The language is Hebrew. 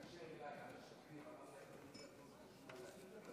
התקשר אליי השגריר, אמר לי החברים, התקשרו אליי.